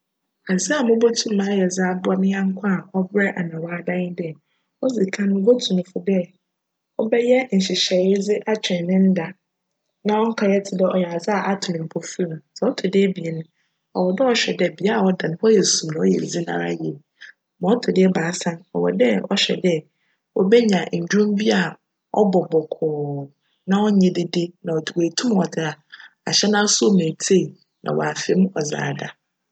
Adze a mobotum m'ayj dze aboa me nyjnko a cberj ana w'ada nye dj, odzi kan, mobotu no fo dj cbjyj nhyehyjj dze atwecn ne nda na cnkjyj tse dj cyj adze a ato no mpcfirmu. Dza ctc do ebien no, cwc dj chwj dj bea cda no hc yj sum, hc yj dzinn ara yie. Ma ctc do ebiasa no, cwc dj chwj dj obenya ndwom bi a cbc bckcc na cnnyj dede na oetum dze ahyj n'asowa mu etsie na cafa mu cdze ada.